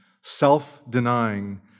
Self-denying